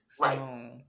Right